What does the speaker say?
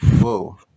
whoa